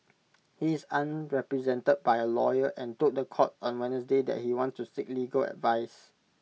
he is unrepresented by A lawyer and told The Court on Wednesday that he wants to seek legal advice